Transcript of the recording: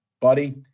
buddy